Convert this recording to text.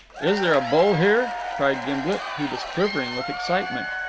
is there a bull here? cried gimblet. he was quivering with excitement.